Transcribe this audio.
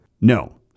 No